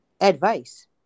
advice